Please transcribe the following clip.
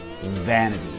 vanity